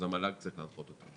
אז המל"ג צריך להנחות אותם.